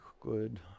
Good